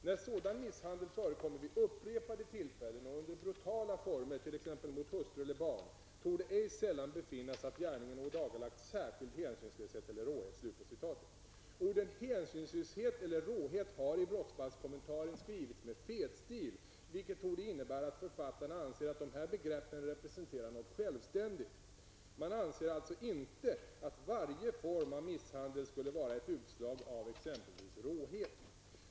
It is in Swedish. När sådan misshandel förekommer vid upprepade tillfällen och under brutala former, t ex mot hustru eller barn, torde ej sällan befinnas att gärningen ådagalagt särskild hänsynslöshet eller råhet.'' Orden ''hänsynslöshet eller råhet'' har i brottsbalkskommentaren skrivits med fetstil, vilket torde innebära att författarna anser att dessa begrepp representerar något självständigt. Man anser alltså inte att varje form av misshandel skulle vara ett utslag av exempelvis råhet.